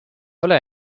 ole